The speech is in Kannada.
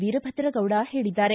ವೀರಭದ್ರಗೌಡ ಹೇಳಿದ್ದಾರೆ